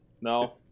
no